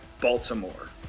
Baltimore